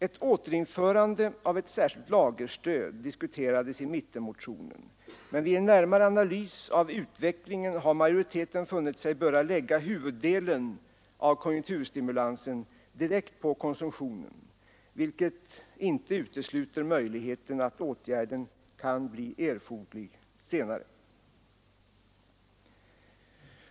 Ett återinförande av ett särskilt lagerstöd diskuteras i mittenmotionen, men vid en närmare analys av utvecklingen har majoriteten funnit sig böra lägga huvuddelen av konjunkturstimulansen direkt på konsumtionen, vilket inte utesluter möjligheten att åtgärden kan bli erforderlig senare.